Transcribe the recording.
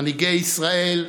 מנהיגי ישראל,